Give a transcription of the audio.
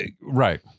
right